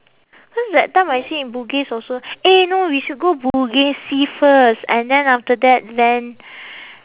cause that time I see in bugis also eh no we should go bugis see first and then after that then